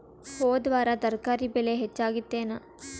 ಹೊದ ವಾರ ತರಕಾರಿ ಬೆಲೆ ಹೆಚ್ಚಾಗಿತ್ತೇನ?